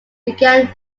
began